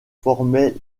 formait